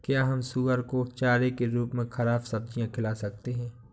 क्या हम सुअर को चारे के रूप में ख़राब सब्जियां खिला सकते हैं?